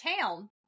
town